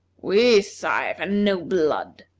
we sigh for no blood,